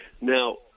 Now